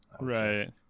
Right